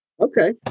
Okay